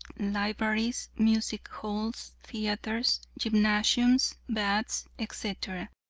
libraries, music halls, theatres, gymnasiums, baths, etc.